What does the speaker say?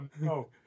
no